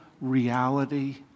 reality